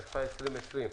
התשפ"א-2020.